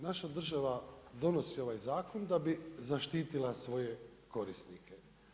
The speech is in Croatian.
Naša država donosi ovaj zakon da bi zaštitila svoje korisnike.